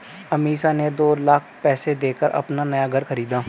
अमीषा ने दो लाख पैसे देकर अपना नया घर खरीदा